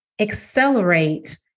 accelerate